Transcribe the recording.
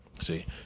See